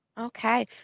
Okay